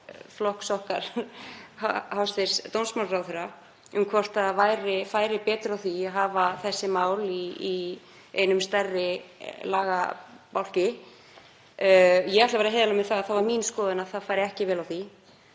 flokks okkar hæstv. dómsmálaráðherra hvort það færi betur á því að hafa þessi mál í einum og stærri lagabálki. Ég ætla að vera heiðarleg varðandi það að það var mín skoðun að það færi ekki vel á því.